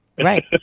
Right